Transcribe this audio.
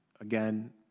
again